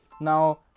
Now